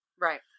Right